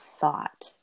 thought